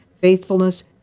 faithfulness